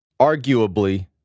Arguably